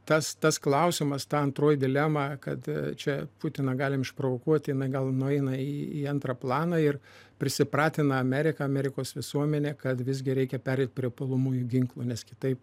tas tas klausimas ta antroji dilema kad čia putiną galim išprovokuoti gal nueina į į antrą planą ir prisipratina ameriką amerikos visuomenę kad visgi reikia pereiti prie puolamųjų ginklų nes kitaip